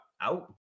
Out